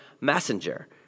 messenger